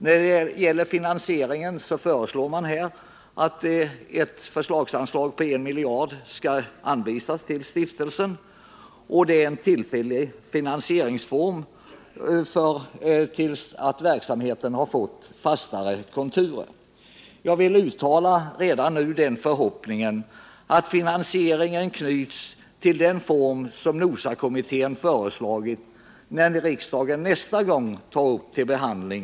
När det gäller finansieringen föreslår man att ett förslagsanslag på 1 miljard skall anvisas till stiftelsen, och det är en tillfällig finansieringsform tills verksamheten har fått fastare konturer. Jag vill redan nu uttala förhoppningen att finansieringen får den form som föreslagits av Nya organisationskommittén för skyddat arbete, NOSA, i och med att riksdagen nästa gång tar upp finansieringsfrågan till behandling.